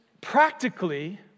practically